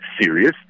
serious